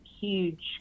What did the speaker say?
huge